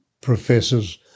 professors